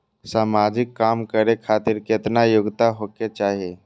समाजिक काम करें खातिर केतना योग्यता होके चाही?